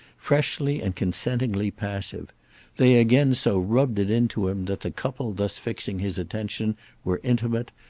freshly and consentingly passive they again so rubbed it into him that the couple thus fixing his attention were intimate,